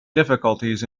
difficulties